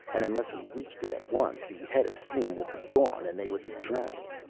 and unless he reached it at once the head of steam would be gone and they would be trapped.